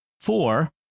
Four